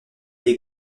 les